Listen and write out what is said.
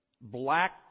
black